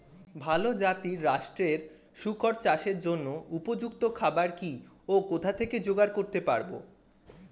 ভালো জাতিরাষ্ট্রের শুকর চাষের জন্য উপযুক্ত খাবার কি ও কোথা থেকে জোগাড় করতে পারব?